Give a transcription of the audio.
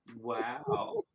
Wow